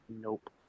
Nope